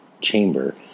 chamber